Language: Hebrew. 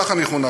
כך אני חונכתי.